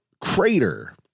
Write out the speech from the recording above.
Crater